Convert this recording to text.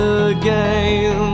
again